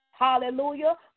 Hallelujah